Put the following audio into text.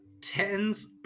tens